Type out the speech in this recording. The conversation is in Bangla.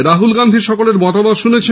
রাহুল গান্ধী সকলের মতামত শুনেছেন